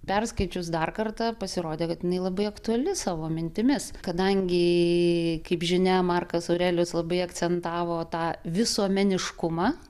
perskaičius dar kartą pasirodė kad jinai labai aktuali savo mintimis kadangi kaip žinia markas aurelijus labai akcentavo tą visuomeniškumą